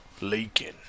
Leaking